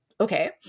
okay